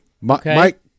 Mike